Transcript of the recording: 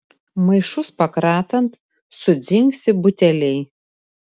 maišus pakratant sudzingsi buteliai